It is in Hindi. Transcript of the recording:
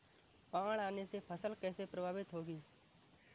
बाढ़ आने से फसल कैसे प्रभावित होगी?